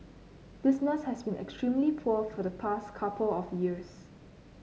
business has been extremely poor for the past couple of years